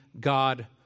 God